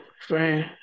friend